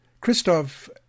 Christoph